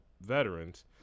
veterans